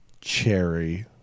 Cherry